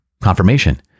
confirmation